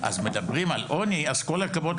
אז מדברים על עוני אז כל הכבוד,